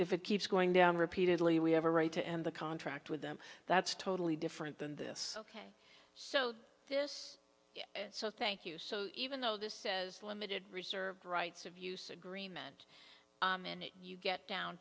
if it keeps going down repeatedly we have a right to end the contract with them that's totally different than this ok so this so thank you so even though this says limited reserved rights of use agreement when you get down